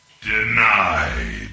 Denied